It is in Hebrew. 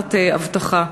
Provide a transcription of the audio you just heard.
תחת אבטחה.